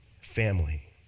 family